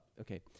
okay